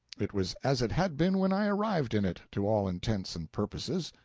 it was as it had been when i arrived in it, to all intents and purposes.